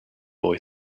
boy